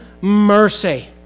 mercy